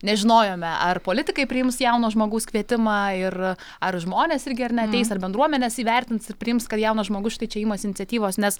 nežinojome ar politikai priims jauno žmogaus kvietimą ir ar žmonės irgi ar ne ateis ar bendruomenės įvertins priims kad jaunas žmogus štai čia imasi iniciatyvos nes